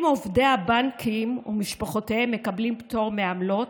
אם עובדי הבנקים ומשפחותיהם מקבלים פטור מעמלות,